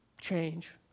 change